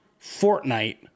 Fortnite